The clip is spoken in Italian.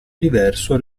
diverso